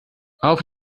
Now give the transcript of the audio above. auf